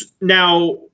Now